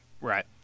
Right